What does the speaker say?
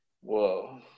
Whoa